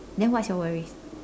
then what's your worry